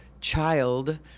child